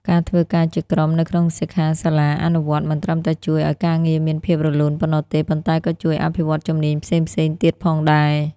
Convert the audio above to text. ការធ្វើការជាក្រុមនៅក្នុងសិក្ខាសាលាអនុវត្តន៍មិនត្រឹមតែជួយឲ្យការងារមានភាពរលូនប៉ុណ្ណោះទេ ប៉ុន្តែក៏ជួយអភិវឌ្ឍជំនាញផ្សេងៗទៀតផងដែរ។